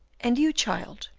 and you, child,